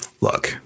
look